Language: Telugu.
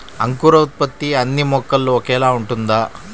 అంకురోత్పత్తి అన్నీ మొక్కల్లో ఒకేలా ఉంటుందా?